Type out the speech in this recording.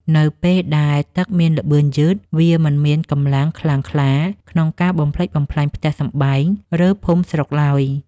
នៅពេលដែលទឹកមានល្បឿនយឺត វាមិនមានកម្លាំងខ្លាំងក្លាក្នុងការបំផ្លិចបំផ្លាញផ្ទះសម្បែង ឬភូមិស្រុកឡើយ។